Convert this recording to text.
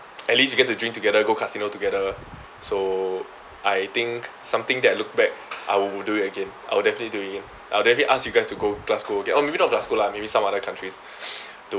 at least you get to drink together go casino together so I think something that I look back I would do it again I will definitely doing it again I'll definitely ask you guys to go glasgow again or maybe not glasgow lah maybe some other countries